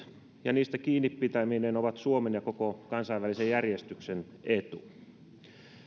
ja niistä kiinni pitäminen ovat suomen ja koko kansainvälisen järjestyksen etu